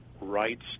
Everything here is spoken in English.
rights